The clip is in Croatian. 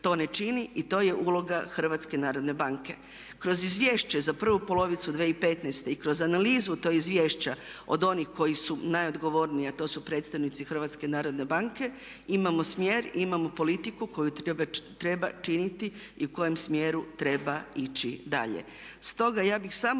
to ne čine? I to je uloga HNB-a. Kroz izvješće za prvu polovicu 2015. i kroz analizu tog izvješća od onih koji su najodgovorniji a to su predstavnici HNB-a imamo smjer, imamo politiku koju treba činiti i u kojem smjeru treba ići dalje. Stoga ja bih samo